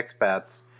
expats